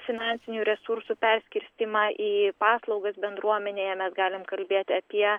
finansinių resursų perskirstymą į paslaugas bendruomenėje mes galim kalbėti apie